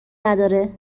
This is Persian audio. نداره